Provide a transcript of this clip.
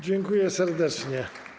Dziękuję serdecznie.